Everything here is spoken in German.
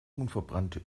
unverbrannte